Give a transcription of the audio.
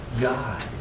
God